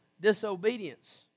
disobedience